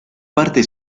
parte